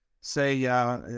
say